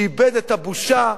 שאיבד את הבושה,